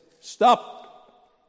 stop